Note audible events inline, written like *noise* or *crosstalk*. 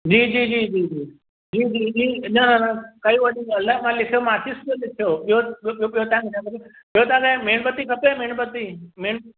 जी जी जी जी जी जी जी ॿी अञा काई वॾी ॻाल्हि नाहे अञा लिखियो माचिस जो लिखियो ॿियो *unintelligible* ॿियो तव्हांखे मेणबती खपे मेणबती मेण